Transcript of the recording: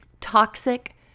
toxic